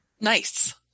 Nice